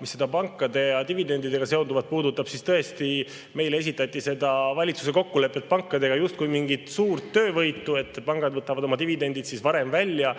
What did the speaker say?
Mis seda pankade ja dividendidega seonduvat puudutab, siis tõesti, meile esitati seda valitsuse kokkulepet pankadega justkui mingit suurt töövõitu, sest pangad võtavad oma dividendid siis varem välja.